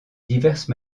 diverses